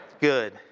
Good